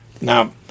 now